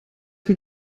mit